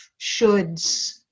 shoulds